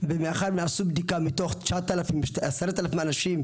ומאחר ועשו בדיקה מתוך 10 אלף אנשים,